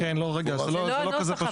זה לא הנוסח,